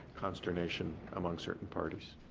consternation among certain parties.